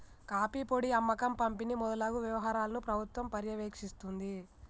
coffee పొడి అమ్మకం పంపిణి మొదలగు వ్యవహారాలను ప్రభుత్వం పర్యవేక్షిస్తుంది